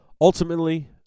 ultimately